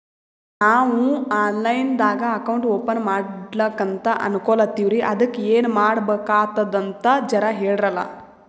ನಾವು online ದಾಗ account open ಮಾಡ್ಲಕಂತ ಅನ್ಕೋಲತ್ತೀವ್ರಿ ಅದಕ್ಕ ಏನ ಮಾಡಬಕಾತದಂತ ಜರ ಹೇಳ್ರಲ?